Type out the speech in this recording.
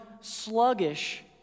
sluggish